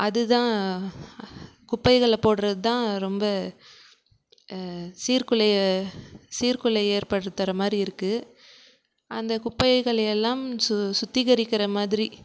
அது தான் குப்பைகளை போடுறது தான் ரொம்ப சீர்குலையை சீர்குலையை ஏற்படுத்துகிற மாதிரி இருக்குது அந்த குப்பைகளை எல்லாம் சுத்தீகரிக்கிற மாதிரி